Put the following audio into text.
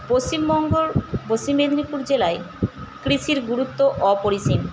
পশ্চিমবঙ্গর পশ্চিম মেদিনীপুর জেলায় কৃষির গুরুত্ব অপরিসীম